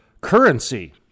currency